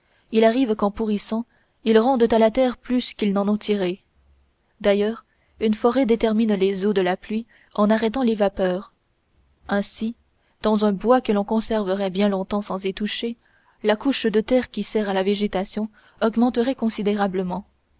il arrive qu'en pourrissant ils rendent à la terre plus qu'ils n'en ont tiré d'ailleurs une forêt détermine les eaux de la pluie en arrêtant les vapeurs ainsi dans un bois que l'on conserverait bien longtemps sans y toucher la couche de terre qui sert à la végétation augmenterait considérablement